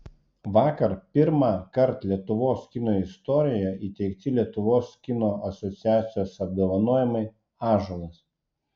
vakar pirmąkart lietuvos kino istorijoje įteikti lietuvos kino asociacijos apdovanojimai ąžuolas